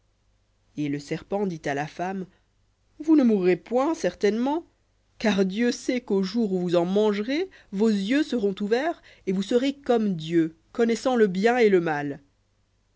et le serpent dit à la femme vous ne mourrez point certainement car dieu sait qu'au jour où vous en mangerez vos yeux seront ouverts et vous serez comme dieu connaissant le bien et le mal